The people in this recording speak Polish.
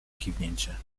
kiwnięcie